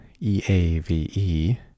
E-A-V-E